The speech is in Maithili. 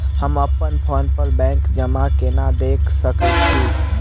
हम अप्पन फोन पर बैंक जमा केना देख सकै छी?